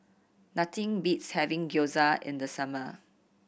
nothing beats having Gyoza in the summer